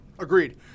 Agreed